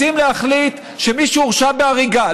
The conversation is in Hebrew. רוצים להחליט שמי שהורשע בהריגה,